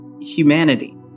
humanity